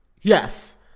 Yes